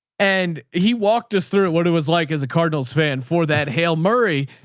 and he walked us through what it was like as a cardinals fan for that hale murray.